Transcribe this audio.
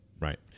Right